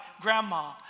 grandma